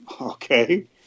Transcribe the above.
okay